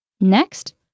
Next